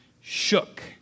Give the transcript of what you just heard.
shook